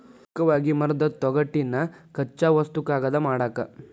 ಮುಖ್ಯವಾಗಿ ಮರದ ತೊಗಟಿನ ಕಚ್ಚಾ ವಸ್ತು ಕಾಗದಾ ಮಾಡಾಕ